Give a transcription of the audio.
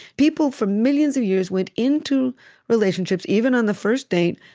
people for millions of years went into relationships, even on the first date,